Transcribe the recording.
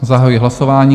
Zahajuji hlasování.